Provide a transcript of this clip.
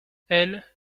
elles